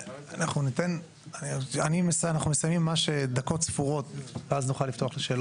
אנחנו מסיימים ממש עוד דקות ספורות ואז נוכל לפתוח את הדיון